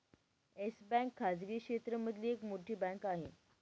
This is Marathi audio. येस बँक खाजगी क्षेत्र मधली एक मोठी बँक आहे